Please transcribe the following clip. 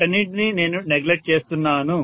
వాటన్నింటినీ నేను నెగ్లెక్ట్ చేస్తున్నాను